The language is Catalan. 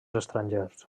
estrangers